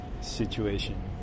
situation